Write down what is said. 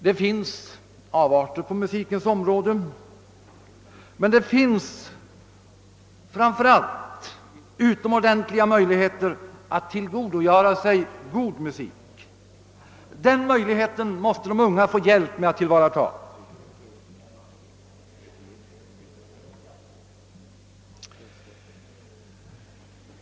Det finns avarter På musikens område, men samtidigt utomordentliga möjligheter att tillgodogöra sig god musik — dessa möjligheter måste de unga få hjälp med att tillvarata.